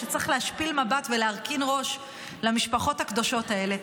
שצריך להשפיל מבט ולהרכין ראש מול המשפחות הקדושות האלה?